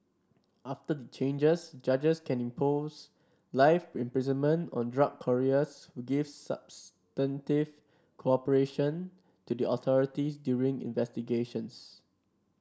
after the changes judges can impose life imprisonment on drug couriers who give substantive cooperation to the authorities during investigations